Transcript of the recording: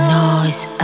noise